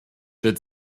wird